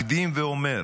מקדים ואומר: